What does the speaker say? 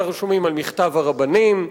אנחנו שומעים על מכתב הרבנים,